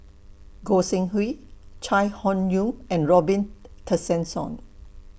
Gog Sing Hooi Chai Hon Yoong and Robin Tessensohn